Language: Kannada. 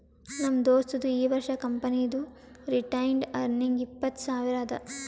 ನಮ್ ದೋಸ್ತದು ಈ ವರ್ಷ ಕಂಪನಿದು ರಿಟೈನ್ಡ್ ಅರ್ನಿಂಗ್ ಇಪ್ಪತ್ತು ಸಾವಿರ ಅದಾ